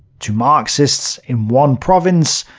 to marxists in one province,